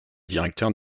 directeur